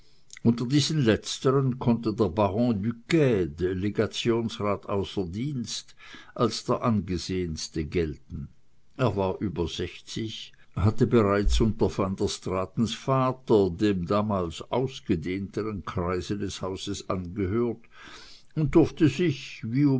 unter diesen letzteren konnte der baron duquede legationsrat a d als der angesehenste gelten er war über sechzig hatte bereits unter van der straatens vater dem damals ausgedehnteren kreise des hauses angehört und durfte sich wie